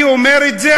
אני אומר את זה,